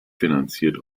finanziert